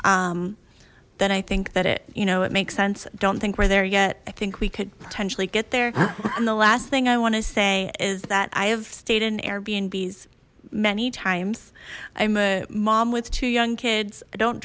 then i think that it you know it makes sense don't think we're there yet i think we could potentially get there and the last thing i want to say is that i have stated in airbnb many times i'm a mom with two young kids i don't